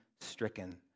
stricken